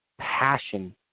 passion